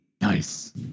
Nice